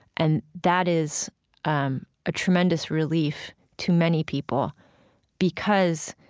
and that is um a tremendous relief to many people because